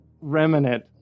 remnant